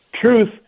Truth